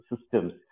systems